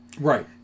Right